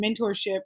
mentorship